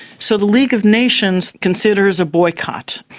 so the league of nations considers a boycott.